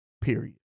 Period